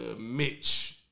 Mitch